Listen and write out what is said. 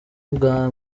bwe